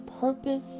purpose